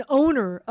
owner